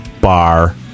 Bar